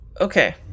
Okay